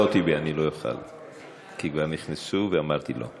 לא, טיבי, אני לא אוכל, כי כבר נכנסו ואמרתי: לא.